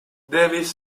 davis